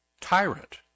tyrant